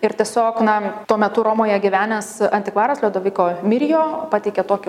ir tiesiog na tuo metu romoje gyvenęs antikvaras liodviko mirijo pateikė tokį